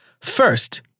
First